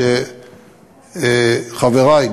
שחברי,